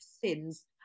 sins